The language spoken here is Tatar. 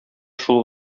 шул